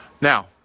Now